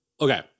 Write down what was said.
Okay